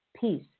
peace